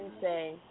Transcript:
say